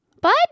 Bud